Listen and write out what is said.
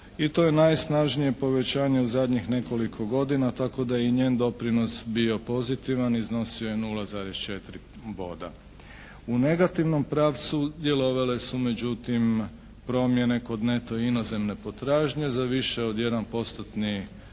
i to je najsnažnije povećanje u zadnjih nekoliko godina tako da je i njen doprinos bio pozitivan, iznosio je 0,4 boda. U negativnom pravcu djelovale su međutim promjene kod neto inozemne potražnje za više od